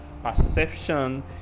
perception